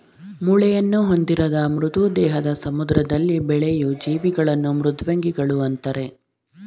ಮೂಳೆಯನ್ನು ಹೊಂದಿರದ ಮೃದು ದೇಹದ ಸಮುದ್ರದಲ್ಲಿ ಬೆಳೆಯೂ ಜೀವಿಗಳನ್ನು ಮೃದ್ವಂಗಿಗಳು ಅಂತರೆ